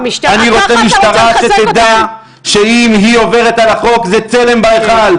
אני רוצה משטרה שתדע שאם היא עוברת על החוק זה צלם בהיכל,